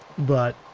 but.